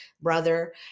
brother